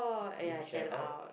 is it share out